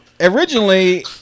originally